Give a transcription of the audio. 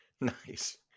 Nice